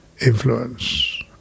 influence